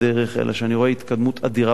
אלא שאני רואה התקדמות אדירה בשטח.